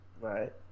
Right